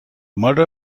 murder